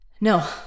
No